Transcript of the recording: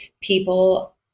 people